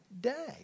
day